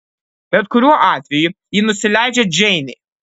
bet kuriuo atveju ji nusileidžia džeinei